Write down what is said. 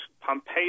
Pompeo